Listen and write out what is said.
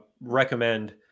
recommend